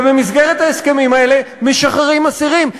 ובמסגרת ההסכמים האלה משחררים אסירים,